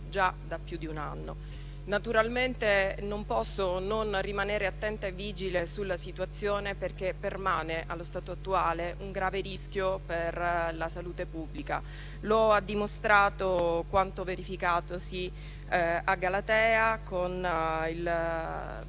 già da più di un anno. Naturalmente non posso non rimanere attenta e vigile sulla situazione, perché permane, allo stato attuale, un grave rischio per la salute pubblica: lo ha dimostrato quanto verificatosi a Galatea con